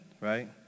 right